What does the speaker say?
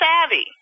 savvy